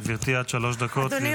בבקשה, גברתי, עד שלוש דקות.